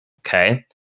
Okay